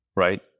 Right